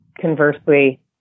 conversely